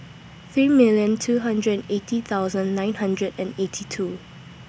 three million two hundred eighty thousand nine hundred and eighty two